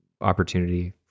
opportunity